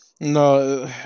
No